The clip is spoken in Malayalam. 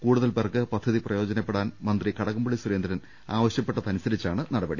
കൂടുതൽ പേർക്ക് പദ്ധതി പ്രയോജനപ്പെടാൻ മന്ത്രി കടകംപള്ളി സുരേന്ദ്രൻ ആവശ്യപ്പെട്ടതനുസരി ച്ചാണ് നടപടി